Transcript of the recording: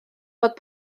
fod